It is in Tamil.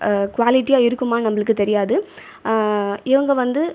க்வேலிட்டியாக இருக்குமான்னு நம்பளுக்கு தெரியாது இவங்க வந்து